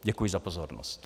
Děkuji za pozornost.